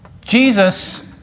Jesus